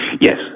Yes